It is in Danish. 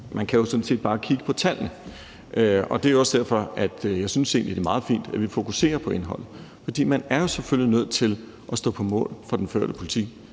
Man kan sådan set bare kigge på tallene. Det er jo også derfor, at jeg egentlig synes, det er meget fint, at vi fokuserer på indholdet, for man er selvfølgelig nødt til at stå på mål for den førte politik.